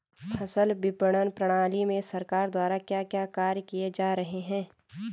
फसल विपणन प्रणाली में सरकार द्वारा क्या क्या कार्य किए जा रहे हैं?